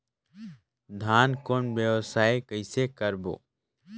धान कौन व्यवसाय कइसे करबो?